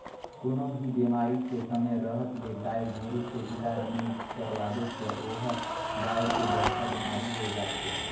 कोनों भी बेमारी के समे रहत ले गाय गोरु के इलाज नइ करवाबे त ओहर बायढ़ के बड़खा बेमारी होय जाथे